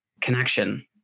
connection